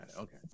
Okay